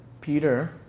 Peter